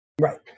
right